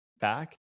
back